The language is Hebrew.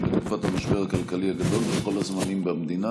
בתקופת המשבר הכלכלי הגדול בכל הזמנים במדינה.